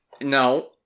No